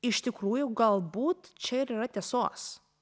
iš tikrųjų galbūt čia ir yra tiesos